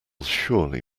surely